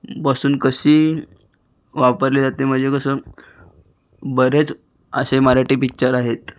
बसून कशी वापरली जाते मजे कसं बरेच असे मराठी पिच्चर आहेत